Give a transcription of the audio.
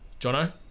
Jono